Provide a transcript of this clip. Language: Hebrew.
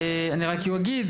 אני רק אגיד,